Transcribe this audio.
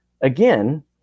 again